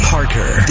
Parker